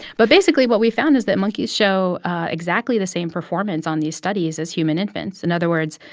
but basically, what we found is that monkeys show exactly the same performance on these studies as human infants. in other words,